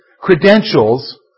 credentials